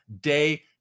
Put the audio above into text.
day